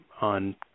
on